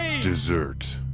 Dessert